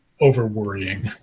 over-worrying